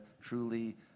truly